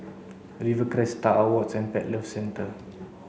Rivercrest Star Awards and Pet Lovers Centre